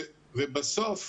בסוף,